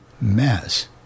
mess